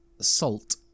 salt